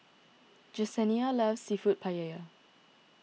Jesenia loves Seafood Paella